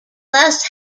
less